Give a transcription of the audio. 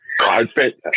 carpet